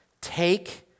Take